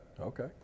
Okay